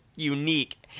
Unique